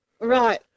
Right